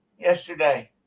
yesterday